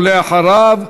ואחריו,